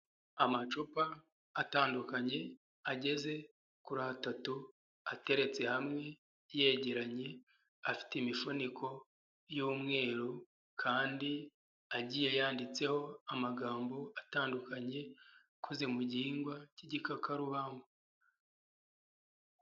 Amacupa atandukanye ageze kuri atatu ateretse hamwe yegeranye, afite imifuniko y'umweru kandi agiye yanditseho amagambo atandukanye, akoze mu gihingwa cy'igikakarubamba.